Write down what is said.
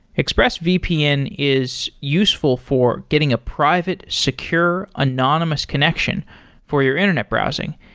expressvpn is useful for getting a private, secure, anonymous connection for your internet browsing.